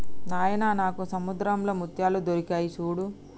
నాయిన నాకు సముద్రంలో ముత్యాలు దొరికాయి సూడు